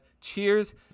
Cheers